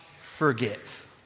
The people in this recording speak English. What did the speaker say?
forgive